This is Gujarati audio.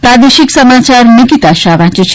પ્રાદેશિક સમાચાર નીકિતા શાહ વાંચે છે